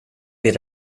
vid